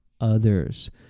others